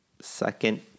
second